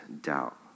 doubt